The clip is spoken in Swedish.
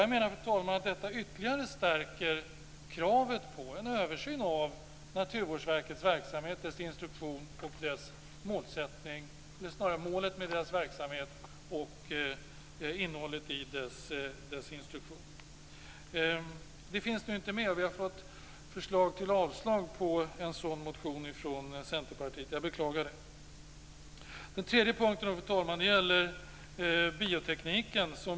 Jag menar, fru talman, att detta ytterligare stärker kravet på en översyn av målet för Naturvårdsverkets verksamhet och innehållet i dess instruktion. Detta finns nu inte med. Vi har fått förslag till avslag på en sådan motion från Centerpartiet. Jag beklagar det. Den tredje punkten, fru talman, gäller biotekniken.